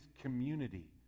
community